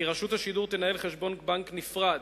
כי רשות השידור תנהל חשבון בנק נפרד,